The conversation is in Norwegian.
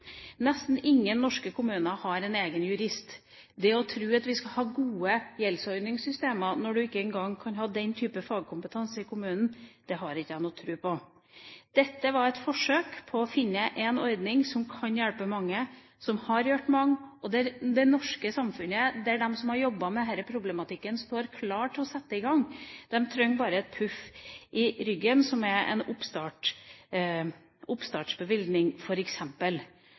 Nesten ingen norske kommuner har en egen jurist. Det å tro at vi skal ha gode gjeldsordningssystemer når man ikke engang kan ha den slags fagkompetanse i kommunen, har jeg ikke noe tro på. Dette var et forsøk på å finne en ordning som kan hjelpe mange. Den har hjulpet mange. Det norske samfunnet, der de som har jobbet med denne problematikken står klare til å sette i gang, trenger bare et puff i ryggen, f.eks. ved en oppstartsbevilgning. Det som gjør meg mest oppgitt over behandlingen her i dag, er